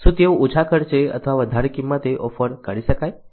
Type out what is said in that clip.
શું તેઓ ઓછા ખર્ચે અથવા વધારે કિંમતે ઓફર કરી શકાય